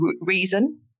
reason